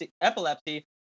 epilepsy